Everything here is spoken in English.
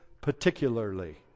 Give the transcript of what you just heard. particularly